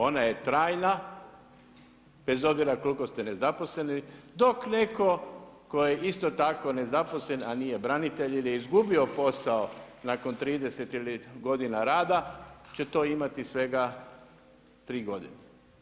Ona je trajna bez obzira koliko ste nezaposleni dok netko tko je isto tako nezaposlen a nije branitelj ili je izgubio posao nakon 30 godina rada će to imati svega tri godine.